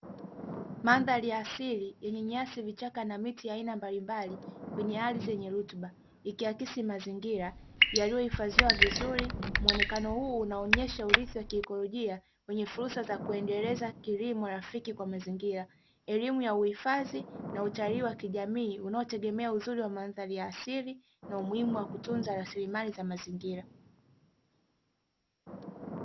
Mandhari ya asili yenye nyasi, vichaka na miti ya aina mbalimbali kwenye ardhi yenye rutuba; ikiakisi mazingira yaliyohidafidhwa vizuri. Muonekano huu unaonyesha urithi wa kiikolojia wenye fursa za kuendeleza kilimo rafiki kwa mazingira, elimu ya huifadhi na utalii wa kijamii; unaotegemea uzuri wa mandhari ya asili na umuhimu wa kutunza rasilimali za mazingira.